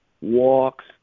walks